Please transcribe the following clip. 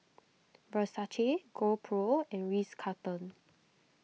Versace GoPro and Ritz Carlton